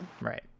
Right